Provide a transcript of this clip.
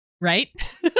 Right